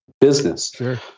business